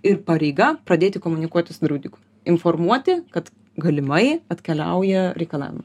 ir pareiga pradėti komunikuoti su draudiku informuoti kad galimai atkeliauja reikalavimai